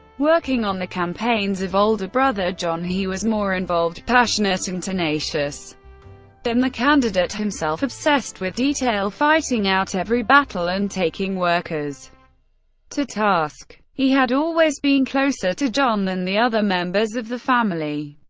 working on the campaigns of older brother john, he was more involved, passionate, and tenacious than the candidate himself, obsessed with detail, fighting out every battle, and taking workers to task. he had always been closer to john than the other members of the family.